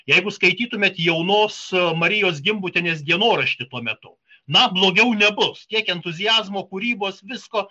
jeigu skaitytumėt jaunos su marijos gimbutienės dienoraštį tuo metu na blogiau nebus tiek entuziazmo kūrybos visko